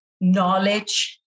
knowledge